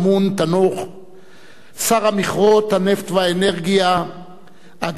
שר המכרות, הנפט והאנרגיה אדמה טונגארה,